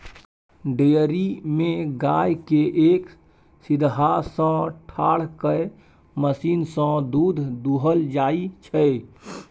dairy मे गाय केँ एक सीधहा सँ ठाढ़ कए मशीन सँ दुध दुहल जाइ छै